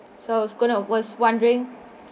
so it's gonna worse wondering